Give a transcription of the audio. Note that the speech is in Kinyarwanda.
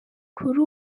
kuri